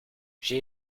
she